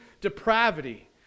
depravity